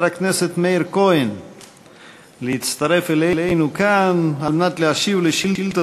הכנסת מאיר כהן להצטרף אלינו כאן על מנת להשיב על שאילתה